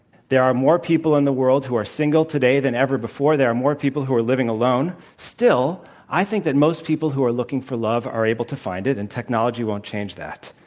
there are more people in the world who are single today than ever before. there are more people who are living alone. still, i think that most people who are looking for love are able to find it, and technology won't change that.